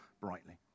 brightly